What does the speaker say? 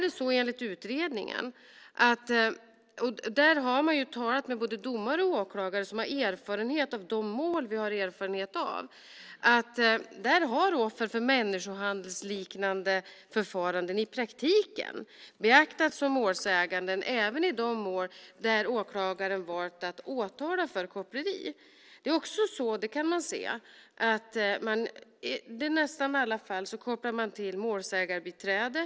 Enligt utredningen - där har man talat med både domare och åklagare som har erfarenhet av de här målen - har offer för människohandelsliknande förfaranden i praktiken betraktats som målsägande även i de mål där åklagaren valt att åtala för koppleri. Det är också så - det kan man se - att man i nästan alla fall kopplar in målsägandebiträden.